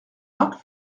marc